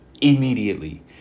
immediately